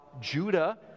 Judah